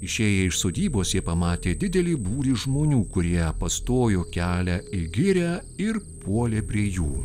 išėję iš sodybos jie pamatė didelį būrį žmonių kurie pastojo kelią į girią ir puolė prie jų